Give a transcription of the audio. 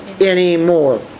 anymore